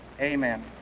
Amen